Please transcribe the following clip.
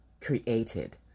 created